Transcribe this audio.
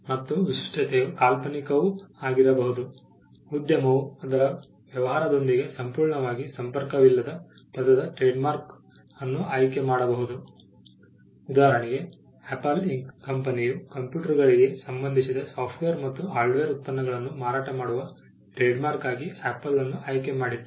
ಮತ್ತು ವಿಶಿಷ್ಟತೆಯು ಕಾಲ್ಪನಿಕವೂ ಆಗಿರಬಹುದು ಉದ್ಯಮವು ಅದರ ವ್ಯವಹಾರದೊಂದಿಗೆ ಸಂಪೂರ್ಣವಾಗಿ ಸಂಪರ್ಕವಿಲ್ಲದ ಪದದ ಟ್ರೇಡ್ಮಾರ್ಕ್ ಅನ್ನು ಆಯ್ಕೆ ಮಾಡಬಹುದು ಉದಾಹರಣೆಗೆ ಆಪಲ್ ಇಂಕ್ ಕಂಪನಿಯು ಕಂಪ್ಯೂಟರ್ಗಳಿಗೆ ಸಂಬಂಧಿಸಿದ ಸಾಫ್ಟ್ವೇರ್ ಮತ್ತು ಹಾರ್ಡ್ವೇರ್ ಉತ್ಪನ್ನಗಳನ್ನು ಮಾರಾಟ ಮಾಡುವ ಟ್ರೇಡ್ಮಾರ್ಕ್ ಆಗಿ ಆಪಲ್ ಅನ್ನು ಆಯ್ಕೆ ಮಾಡಿತು